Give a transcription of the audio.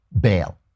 bail